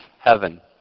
heaven